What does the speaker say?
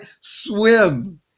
swim